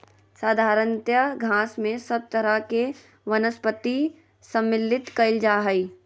साधारणतय घास में सब तरह के वनस्पति सम्मिलित कइल जा हइ